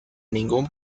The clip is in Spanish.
ningún